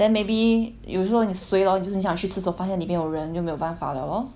then maybe 有时候你是 suay lor 你就是你想去厕所发现里面有人就没有办法 liao lor